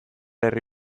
herri